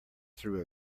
through